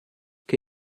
che